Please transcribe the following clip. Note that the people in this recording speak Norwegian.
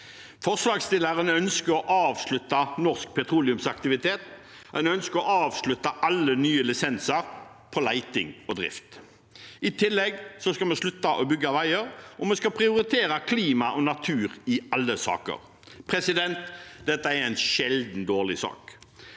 Forslagsstillerne ønsker å avslutte norsk petroleumsaktivitet. En ønsker å avslutte alle nye lisenser på leting og drift. I tillegg skal vi slutte å bygge veier, og vi skal prioritere klima og natur i alle saker. Dette er en sjelden dårlig sak,